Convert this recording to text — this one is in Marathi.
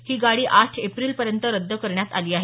ही गाडी आठ एप्रिलपर्यंत रद्द करण्यात आली आहे